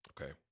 Okay